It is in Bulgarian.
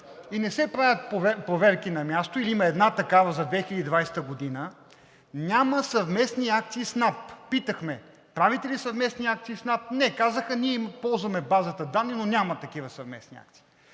и не се правят проверки на място или има една такава за 2020 г., няма съвместни акции с НАП, питахме: правите ли съвместни акции с НАП? Не, казаха, ние им ползваме базата данни, но няма такива съвместни акции.